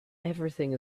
everything